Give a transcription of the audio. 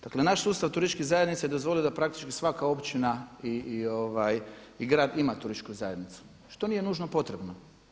Dakle naš sustav turističkih zajednica dozvolio je da praktički svaka općina i grad ima turističku zajednicu što nije nužno potrebno.